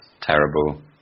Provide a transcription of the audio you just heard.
terrible